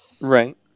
Right